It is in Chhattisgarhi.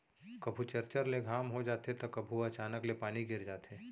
कभू चरचर ले घाम हो जाथे त कभू अचानक ले पानी गिर जाथे